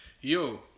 Yo